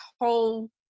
whole